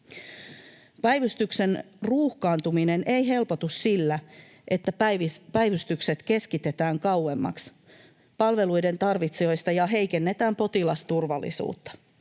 Päivystyksen ruuhkaantuminen ei helpotu sillä, että päivystykset keskitetään kauemmaksi palveluiden tarvitsijoista ja heikennetään potilasturvallisuutta.